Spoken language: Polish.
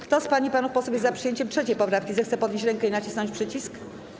Kto z pań i panów posłów jest za przyjęciem 3. poprawki, zechce podnieść rękę i nacisnąć przycisk.